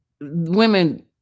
women